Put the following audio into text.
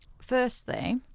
firstly